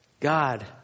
God